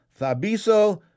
Thabiso